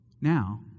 Now